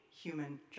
human